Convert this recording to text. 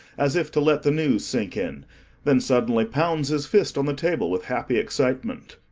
as if to let the news sink in then suddenly pounds his fist on the table with happy excitement.